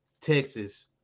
Texas